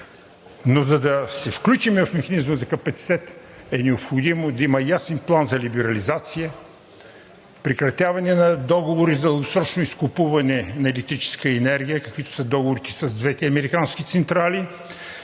но за да се включим в механизма за капацитет, е необходимо да има ясен план за либерализация, прекратяване на договори за дългосрочно изкупуване на електрическа енергия, каквито са договорите с двете американски централи,